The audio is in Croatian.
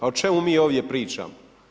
A o čemu mi ovdje pričamo?